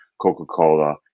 Coca-Cola